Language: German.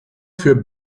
für